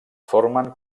formen